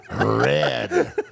red